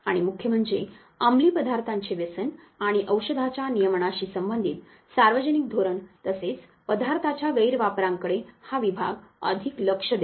आणि मुख्य म्हणजे अंमली पदार्थांचे व्यसन आणि औषधाच्या नियमनाशी संबंधित सार्वजनिक धोरण तसेच पदार्थाच्या गैरवापरांकडे हा विभाग अधिक लक्ष देतो